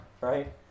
right